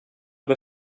bör